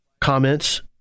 comments